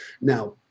now